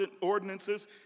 ordinances